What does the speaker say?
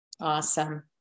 Awesome